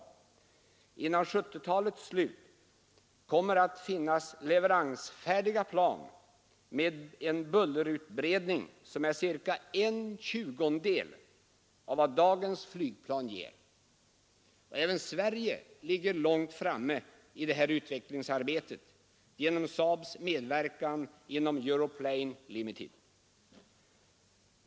Före 1970-talets slut kommer det att finnas leveransfärdiga plan med en bullerutbredning som är cirka en tjugondel av vad dagens flygplan ger. Även Sverige ligger långt framme i detta utvecklingsarbete genom SAAB:s medverkan inom Europlane Ltd.